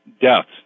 deaths